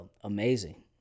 amazing